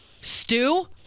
Stew